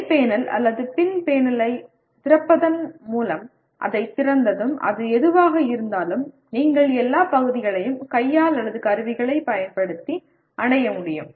மேல் பேனல் அல்லது பின் பேனலைத் திறப்பதன் மூலம் அதைத் திறந்ததும் அது எதுவாக இருந்தாலும் நீங்கள் எல்லா பகுதிகளையும் கையால் அல்லது கருவிகளைப் பயன்படுத்தி அடைய முடியும்